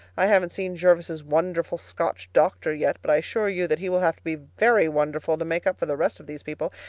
i haven't seen jervis's wonderful scotch doctor yet, but i assure you that he will have to be very wonderful to make up for the rest of these people,